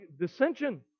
dissension